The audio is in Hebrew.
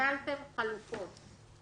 שקלתם חלופות.